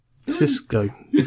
Cisco